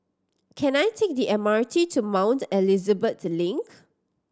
can I take the M R T to Mount Elizabeth Link